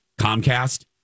Comcast